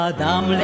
Adam